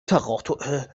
تقاطع